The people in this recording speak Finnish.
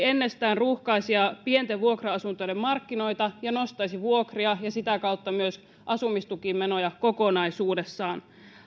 ennestään ruuhkaisia pienten vuokra asuntojen markkinoita ja nostaisi vuokria ja sitä kautta myös asumistukimenoja kokonaisuudessaan